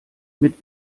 mit